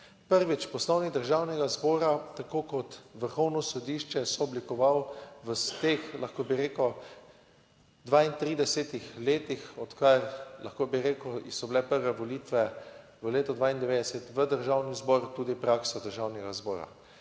Prvič, Poslovnik Državnega zbora tako kot Vrhovno sodišče je sooblikoval v teh, lahko bi rekel, 32 letih odkar, lahko bi rekel, so bile prve volitve v letu 1992 v Državni zbor. Tudi praksa Državnega zbora.